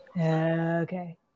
Okay